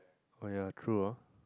oh ya true ah